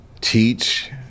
teach